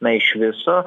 na iš viso